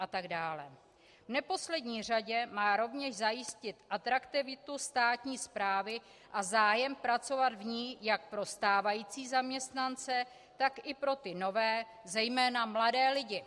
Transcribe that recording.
V neposlední řadě má rovněž zajistit atraktivitu státní správy a zájem pracovat v ní jak pro stávající zaměstnance, tak i pro ty nové, zejména mladé lidi.